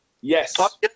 yes